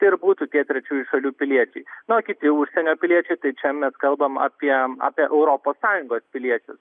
tai ir būtų tie trečiųjų šalių piliečiai na o kiti užsienio piliečiai tai čia mes kalbam apie apie europos sąjungos piliečius